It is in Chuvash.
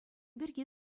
пирки